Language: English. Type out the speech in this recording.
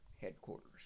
headquarters